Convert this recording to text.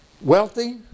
wealthy